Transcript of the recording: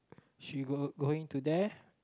she go going to there